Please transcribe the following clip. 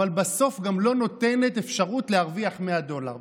אבל בסוף גם לא נותנת אפשרות להרוויח 100 דולר.